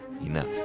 enough